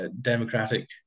democratic